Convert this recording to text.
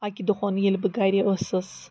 اَکہِ دۄہَن ییٚلہِ بہٕ گَھرِ ٲسٕس